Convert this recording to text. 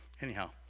Anyhow